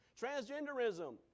Transgenderism